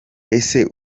ese